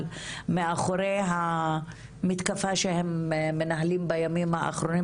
מאחורי המתקפה שהם מנהלים בימים האחרונים,